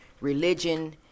religion